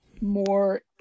more